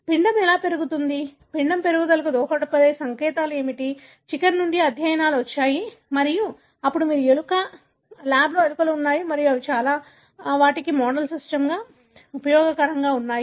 పిండం ఎలా పెరుగుతుంది పిండం పెరుగుదలకు దోహదపడే సంకేతాలు ఏమిటి చికెన్ నుండి అధ్యయనాలు వచ్చాయి మరియు అప్పుడు మీకు ఎలుక ల్యాబ్ ఎలుకలు ఉన్నాయి మరియు అవి చాలా వాటికి మోడల్ సిస్టమ్గా ఉపయోగకరంగా ఉంటాయి